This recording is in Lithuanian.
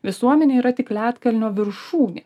visuomenė yra tik ledkalnio viršūnė